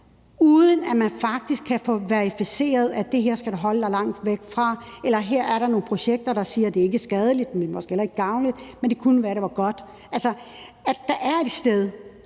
uden at man faktisk kan få verificeret, at det her skal man holde sig langt væk fra, eller at her er der nogle projekter, der siger, at det ikke er skadeligt, men måske heller ikke gavnligt, men det kunne være, at det var godt; altså, et sted,